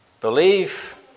believe